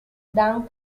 dan